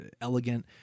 elegant